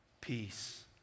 Peace